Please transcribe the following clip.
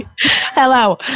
Hello